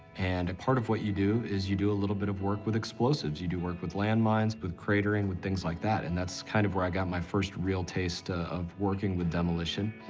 and a part of what you do is, you do a little bit of work with explosives. you do work with landmines, with cratering, with things like that, and that's kind of where i got my first real taste of working with demolition.